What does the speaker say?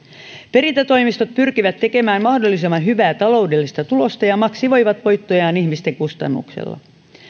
perintätoimistot pyrkivät tekemään mahdollisimman hyvää taloudellista tulosta ja maksimoivat voittojaan ihmisten kustannuksella